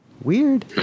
weird